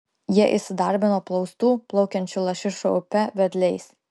jie įsidarbino plaustų plaukiančių lašišų upe vedliais